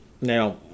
Now